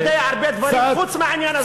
הוא יודע הרבה דברים חוץ מהעניין הזה.